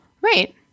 right